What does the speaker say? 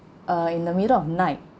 uh in the middle of night